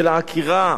של העקירה,